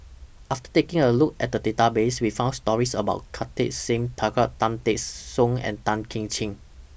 after taking A Look At The Database We found stories about Kartar Singh Thakral Tan Teck Soon and Tan Kim Ching